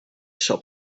shop